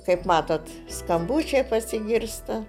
kaip matote skambučiai pasigirsta